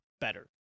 better